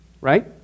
Right